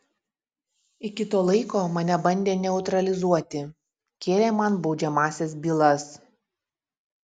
iki to laiko mane bandė neutralizuoti kėlė man baudžiamąsias bylas